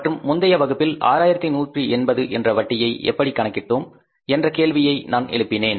மற்றும் முந்தைய வகுப்பில் 6180 என்ற வட்டியை எப்படி கணக்கிட்டோம் என்ற கேள்வியை நான் எழுப்பினேன்